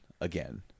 again